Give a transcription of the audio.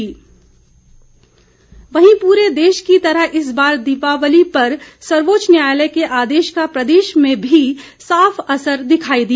green Diwali वहीं पूरे देश की तरह इस बार दिवाली पर सर्वोच्च न्यायालय के आदेश का प्रदेश में भी साफ असर दिखाई दिया